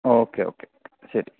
okay okay ശരി